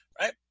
right